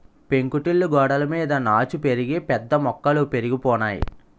పెంకుటిల్లు గోడలమీద నాచు పెరిగి పెద్ద మొక్కలు పెరిగిపోనాయి